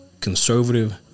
conservative